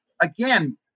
again